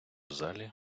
залі